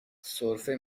سرفه